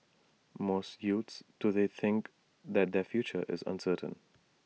most youths today think that their future is uncertain